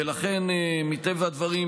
ולכן מטבע הדברים,